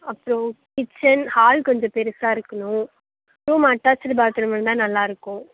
அப்புறம் kitchen hall கொஞ்சம் பெருசாக இருக்கணும் ரூம் ஆட்டாச்டு பாத்ரூம் இருந்தால் நல்லாருக்கும்